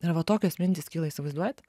ir va tokios mintys kyla įsivaizduojat